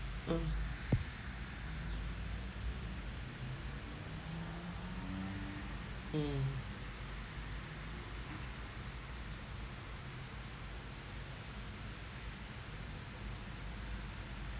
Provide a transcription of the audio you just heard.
mm mm